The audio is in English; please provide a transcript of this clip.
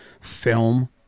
film